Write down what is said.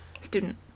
Student